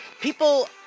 People